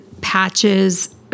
patches